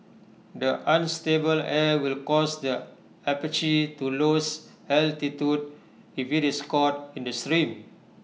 the unstable air will cause the Apache to lose altitude if IT is caught in the stream